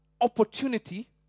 opportunity